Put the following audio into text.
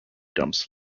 dumps